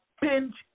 pinch